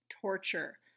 torture